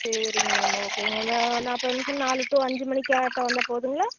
சரிங்க மேம் ஓகேங்க மேம் ஒரு நாற்பது நிமிஷம் நாலு டு அஞ்சு மணிக்காட்டம் வந்தால் போதுங்களா